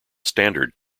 standard